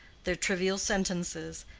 their trivial sentences,